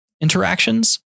interactions